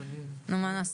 נו מה נעשה?